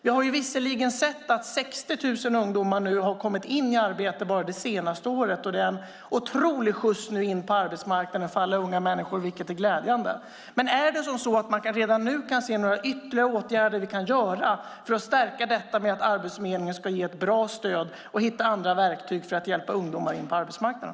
Jag har visserligen sett att 60 000 ungdomar har kommit in i arbete bara under det senaste året - det är en otrolig skjuts in på arbetsmarknaden för alla unga människor, vilket är glädjande. Men kan man redan nu se några ytterligare åtgärder som vi kan vidta för att stärka detta med att Arbetsförmedlingen ska ge ett bra stöd och hitta andra verktyg för att hjälpa ungdomar in på arbetsmarknaden?